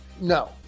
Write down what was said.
No